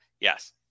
Yes